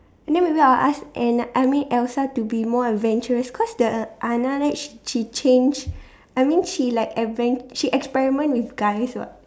and then maybe I'll ask Anna I mean Elsa to be more adventurous cause the Anna like she she change I mean she like adven~ she experiment with guys [what]